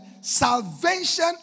salvation